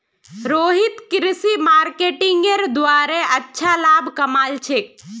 रोहित कृषि मार्केटिंगेर द्वारे अच्छा लाभ कमा छेक